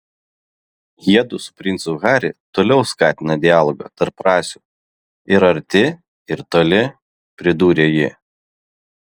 jiedu su princu harry toliau skatina dialogą tarp rasių ir arti ir toli pridūrė ji